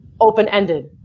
open-ended